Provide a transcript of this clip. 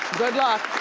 good luck.